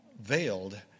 veiled